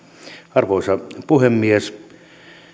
arvoisa puhemies